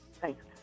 Thanks